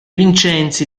vincenzi